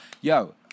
Yo